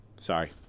Sorry